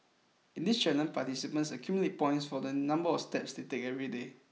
in this challenge participants accumulate points for the number of steps they take every day